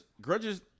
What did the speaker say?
grudges